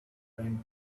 drank